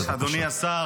אדוני השר,